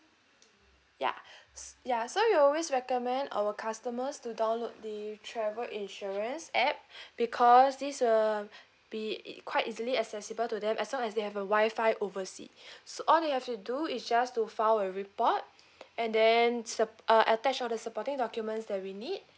ya ya so we always recommend our customers to download the travel insurance app because this will be it quite easily accessible to them as long as they have a wifi oversea all you have to do is just to file a report and then it's attached all the supporting documents that we need